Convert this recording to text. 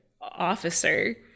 officer